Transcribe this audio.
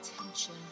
attention